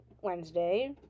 Wednesday